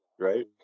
right